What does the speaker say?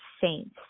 saints